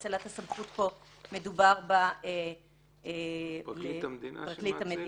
כי האצלת הסמכות פה מדברת על פרקליט המדינה.